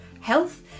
health